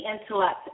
intellect